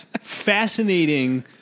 fascinating